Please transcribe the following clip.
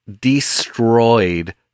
destroyed